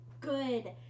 good